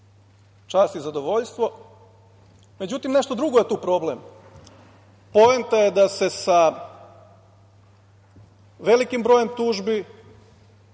čast i zadovoljstvo. Međutim, nešto drugo je tu problem. Poenta je da se sa velikim brojem tužbi,